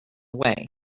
way